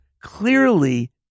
clearly